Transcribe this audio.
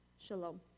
shalom